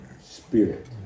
spirit